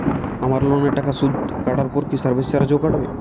আমার লোনের টাকার সুদ কাটারপর কি সার্ভিস চার্জও কাটবে?